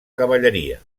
cavalleria